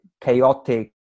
chaotic